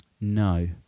No